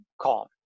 calm